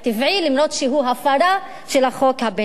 למרות שהוא הפרה של החוק הבין-לאומי.